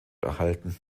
erhalten